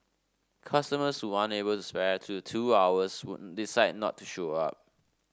customers who aren't able to spare the two hours would decide not to show up